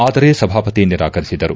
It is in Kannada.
ಆದರೆ ಸಭಾಪತಿ ನಿರಾಕರಿಸಿದರು